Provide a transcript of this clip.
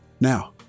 Now